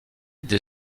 des